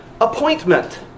appointment